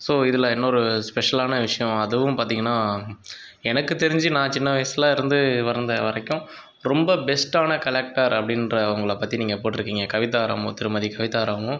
so இதில் இன்னொரு ஸ்பெஷல்லான விஷயம் அதுவும் பார்த்தீங்கன்னா எனக்கு தெரிஞ்சு நான் சின்ன வயதுல இருந்து வரந்த வரைக்கும் ரொம்ப பெஸ்ட்டான கலெக்டர் அப்படின்ற அவங்கள பற்றி நீங்கள் போட்டிருக்கிங்க கவிதா ராமு திருமதி கவிதா ராமு